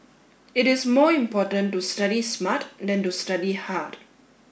it is more important to study smart than to study hard